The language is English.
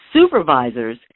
Supervisors